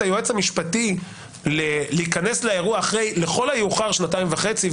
היועץ המשפטי להיכנס לאירוע אחרי לכל יאוחר שנתיים וחצי,